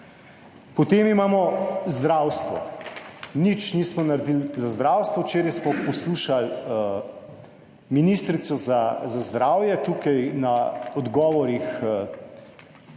Potem imamo zdravstvo. Nič nismo naredili za zdravstvo. Včeraj smo poslušali ministrico za zdravje tukaj pri odgovorih na